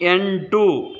ಎಂಟು